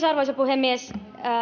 arvoisa puhemies